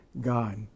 God